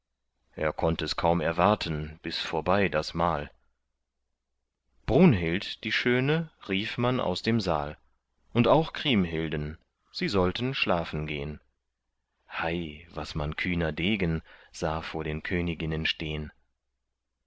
er konnt es kaum erwarten bis vorbei das mahl brunhild die schöne rief man aus dem saal und auch kriemhilden sie sollten schlafen gehn hei was man kühner degen sah vor den königinnen stehn